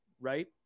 Right